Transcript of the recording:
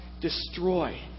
destroy